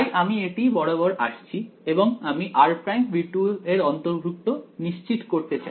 তাই আমি এটি বরাবর আসছি এবং আমি r′ ∈ V2 নিশ্চিত করতে চাই